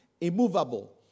Immovable